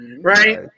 Right